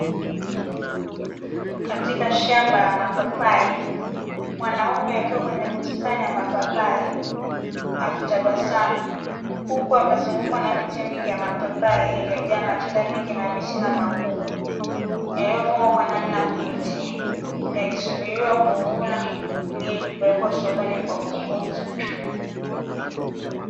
Katika shamba la mapapai; mwanaume akiwa kwenye bustani ya mapapai akitabasamu, huku akizungukwa na miti mingi ya mapapai iliyojaa matunda mengi mabichi na makubwa, yaliyopangwa kwa namna ya kuvutia yakisubiliwa kuvuna ili kupelekwa sokoni kwa kuuza.